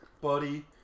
Buddy